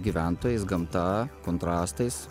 gyventojais gamta kontrastais